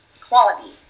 quality